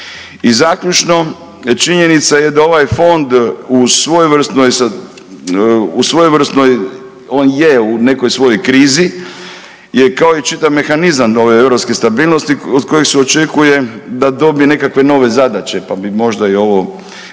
I zaključno, činjenica je da ovaj Fond u svojevrsnoj, on je u nekoj svojoj krizi gdje je kao i čitav mehanizam ove europske stabilnosti od kojeg se očekuje da dobije nekakve nove zadaće pa bi možda i ovo,